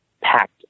packed